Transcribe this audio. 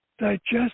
digest